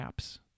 apps